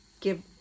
give